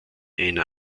einer